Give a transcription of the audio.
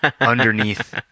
underneath